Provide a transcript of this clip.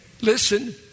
listen